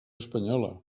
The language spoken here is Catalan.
espanyola